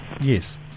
Yes